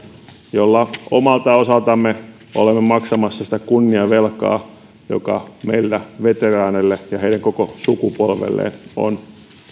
jolla omalta osaltamme olemme maksamassa sitä kunniavelkaa joka meillä veteraaneille ja heidän koko sukupolvelleen on on